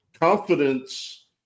confidence